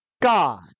God